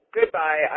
goodbye